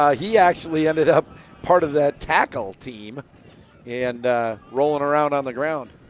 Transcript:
ah he actually ended up part of that tackle team and rolling around on the ground.